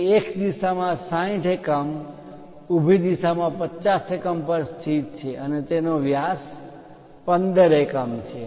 તે X દિશામાં 60 એકમ ઊભી દિશામાં 50 એકમ પર સ્થિત છે અને તેનો વ્યાસ 15 એકમ છે